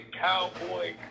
cowboy